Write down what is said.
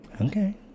Okay